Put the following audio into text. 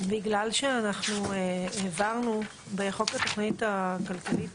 בגלל שאנחנו העברנו בחוק התכנית הכלכלית